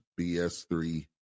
BS3